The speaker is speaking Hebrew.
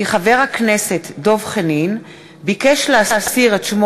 כי חבר הכנסת דב חנין ביקש להסיר את שמו